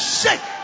shake